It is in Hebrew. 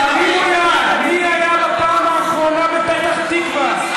תרימו יד, מי היה בפעם האחרונה בפתח תקווה?